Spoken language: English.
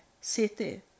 city